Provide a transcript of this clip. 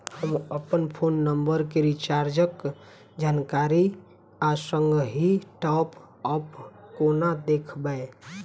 हम अप्पन phone number केँ रिचार्जक जानकारी आ संगहि टॉप अप कोना देखबै?